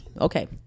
Okay